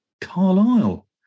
Carlisle